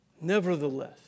nevertheless